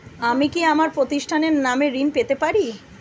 আমি কি আমার প্রতিষ্ঠানের নামে ঋণ পেতে পারি?